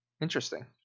Interesting